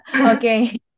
Okay